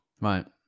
Right